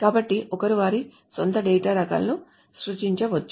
కాబట్టి ఒకరు వారి స్వంత డేటా రకాలను సృష్టించవచ్చు